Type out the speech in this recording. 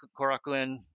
Korakuen